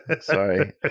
Sorry